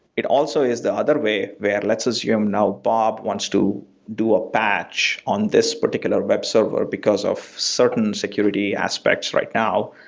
it also is the other way where let's assume, now, bob wants to do a patch on this particular web server because of certain security aspects right now.